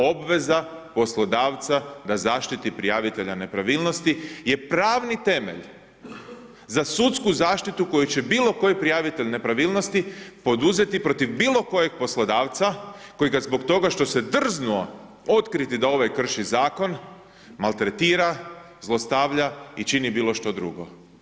Obveza poslodavca da zaštiti prijavitelja nepravilnosti je pravni temelj za sudsku zaštitu koju će bilo koji prijavitelj nepravilnosti poduzeti protiv bilo kojeg poslodavca koji ga zbog toga što se drznuo otkriti da ovaj krši Zakon, maltretira, zlostavlja i čini bilo što drugo.